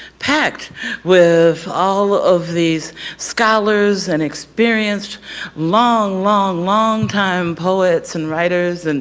packed with all of these scholars, and experienced long, long, long time poets, and writers, and